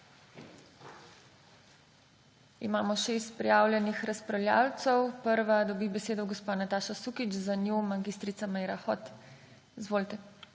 Imamo šest prijavljenih razpravljavcev. Prva dobi besedo gospa Nataša Sukič, za njo mag. Meira Hot. Izvolite.